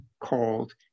called